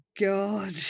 God